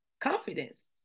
confidence